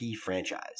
franchise